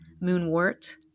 moonwort